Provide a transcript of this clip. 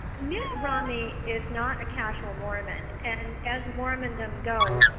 mitt romney is not a casual mormon and as mormondom goes,